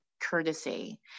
courtesy